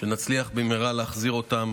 שנצליח במהרה להחזיר אותם